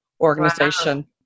organization